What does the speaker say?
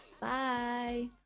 Bye